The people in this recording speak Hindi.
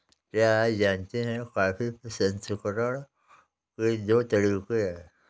क्या आप जानते है कॉफी प्रसंस्करण के दो तरीके है?